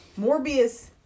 Morbius